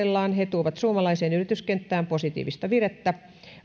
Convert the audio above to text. tuovat suomalaiseen yrityskenttään positiivista virettä